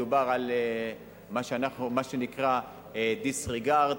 מדובר על מה שנקרא disregard,